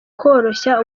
koroshya